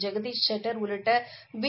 ஜெகதீஷ் ஷெட்டர் உள்ளிட்ட பி